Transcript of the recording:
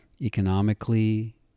economically